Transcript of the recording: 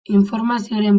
informazioren